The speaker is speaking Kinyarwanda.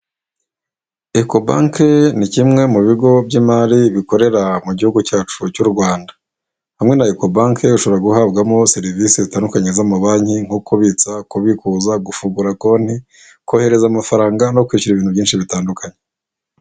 Ecobank ni kimwe mu bigo by'imari bikorera mu gihugu cyacu cy'u Rwanda. Hamwe na Ecobank ushobora guhabwamo serivisi zitandukanye z'amabanki nko kubitsa, kubikuza, gufungura konti, kohereza amafaranga, no kwishyura ibintu byinshi bitandukanye.